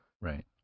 Right